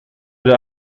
der